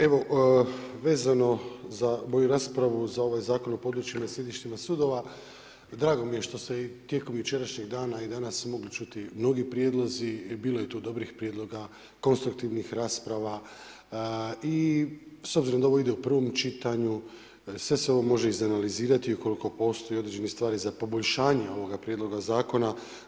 Evo vezano za moju raspravu za ovaj Zakon o područjima i sjedištima sudova, drago mi je što se i tijekom jučerašnjeg dana i danas mogli čuti mnogi prijedlozi i bilo je tu dobrih prijedloga konstruktivnih rasprava i s obzirom da ovo ide u prvom čitanju, sve se ovo može izanalizirati ukoliko postoje određene stvari za poboljšanje ovoga prijedloga zakona.